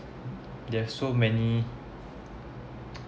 they have so many